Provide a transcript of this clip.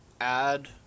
add